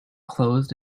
closed